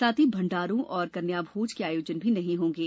साथ ही भंडारो और कन्याभोज के आयोजन नहीं होंगे